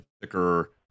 thicker